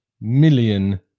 million